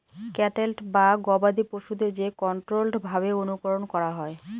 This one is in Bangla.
ক্যাটেল বা গবাদি পশুদের যে কন্ট্রোল্ড ভাবে অনুকরন করা হয়